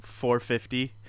450